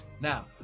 Now